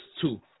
two